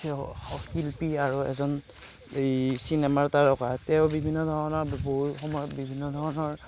শিল্পী আৰু এজন হেৰি চিনেমাৰ তাৰকা তেওঁ বিভিন্নধৰণৰ বহু সময়ত বিভিন্নধৰণৰ